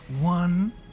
one